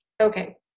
Okay